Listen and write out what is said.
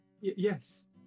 Yes